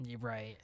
right